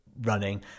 running